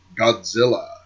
Godzilla